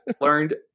Learned